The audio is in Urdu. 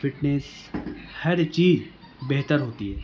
فٹنیس ہر چیز بہتر ہوتی ہے